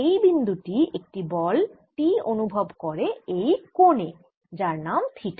এই বিন্দু টি একটি বল T অনুভব করে এই কোণে যার নাম থিটা